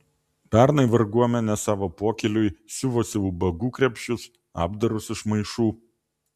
pernai varguomenė savo pokyliui siuvosi ubagų krepšius apdarus iš maišų